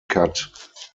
cut